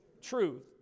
Truth